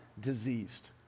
diseased